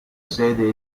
sede